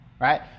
right